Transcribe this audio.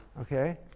Okay